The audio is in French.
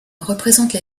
représente